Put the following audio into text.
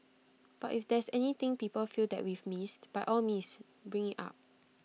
but if there's anything people feel that we've missed by all means bring IT up